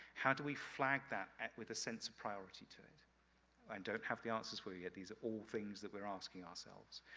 how do we flag that at with a sense of priority to it? i don't have the answers for you yet. these are all things that we're asking ourselves,